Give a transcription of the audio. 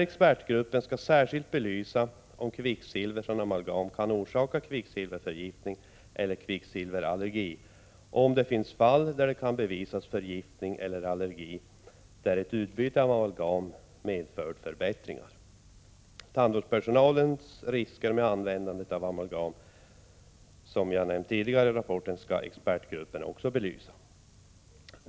Expertgruppen skall särskilt belysa om kvicksilver från amalgam kan orsaka kvicksilverförgiftning eller kvicksilverallergi och om ett utbyte av amalgam medfört förbättringar i fall där förgiftning eller allergi kunnat bevisas. Vidare skall riskerna för tandvårdspersonalen vid användningen av amalgam, som jag tidigare talade om, belysas.